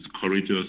courageous